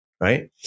right